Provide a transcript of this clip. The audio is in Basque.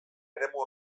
eremu